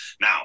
now